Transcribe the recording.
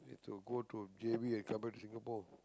to go to j_b and come back to Singapore